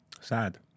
Sad